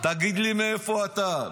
תגיד לי מאיפה אתה.